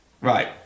Right